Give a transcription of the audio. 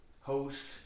host